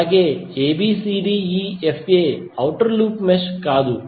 అలాగే Abcdefa outer loop mesh కాదు